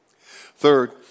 Third